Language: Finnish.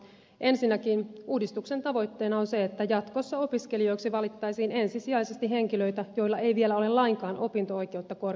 ensinnäkin uudistuksen tavoitteena on se että jatkossa opiskelijoiksi valittaisiin ensisijaisesti henkilöitä joilla ei vielä ole lainkaan opinto oikeutta korkea asteella